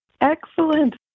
Excellent